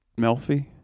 Melfi